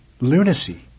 Lunacy